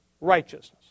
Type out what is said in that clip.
righteousness